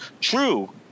true